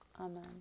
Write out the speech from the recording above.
Amen